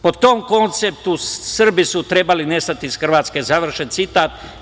Po tom konceptu, Srbi su trebali nestati iz Hrvatske.“ Završen citat.